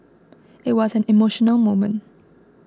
it was an emotional moment